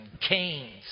canes